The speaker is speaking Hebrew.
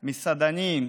מסעדנים.